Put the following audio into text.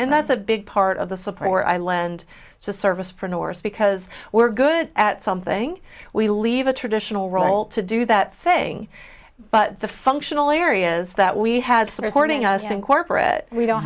and that's a big part of the support i lend to service for north because we're good at something we leave a traditional role to do that thing but the functional areas that we had supporting us in corporate we don't